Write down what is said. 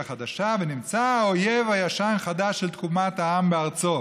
חדשה ונמצא האויב הישן-חדש של תקומת העם בארצו: